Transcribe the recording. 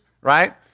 right